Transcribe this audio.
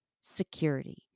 security